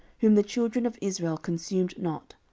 whom the children of israel consumed not,